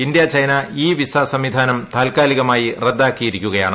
India China e visa സംവിധാനം താൽക്കാലികമായി റദ്ദാക്കിയിരിക്കുകയാണ്